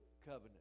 Covenant